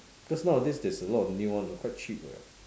because nowadays there's a lot of new one quite cheap eh